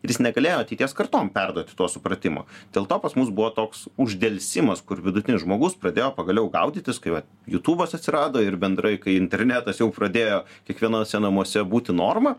ir jis negalėjo ateities kartom perduoti to supratimo dėl to pas mus buvo toks uždelsimas kur vidutinis žmogus pradėjo pagaliau gaudytis kai vat jutubas atsirado ir bendrai kai internetas jau pradėjo kiekvienuose namuose būti norma